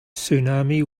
tsunami